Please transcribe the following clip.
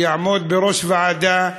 שיעמוד בראש ועדה,